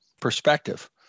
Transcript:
perspective